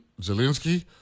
Zelensky